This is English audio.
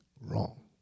wrong